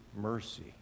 mercy